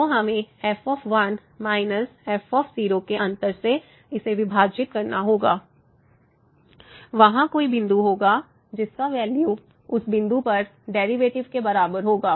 तो हमें f f के अंतर से इसे विभाजित करना होगा वहाँ कोई बिंदु होगा जिसका वैल्यू उस बिंदु पर डेरिवेटिव के बराबर होगा